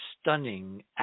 stunning